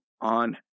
on